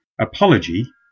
Apology